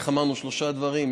אמרנו שלושה דברים,